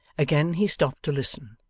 again he stopped to listen,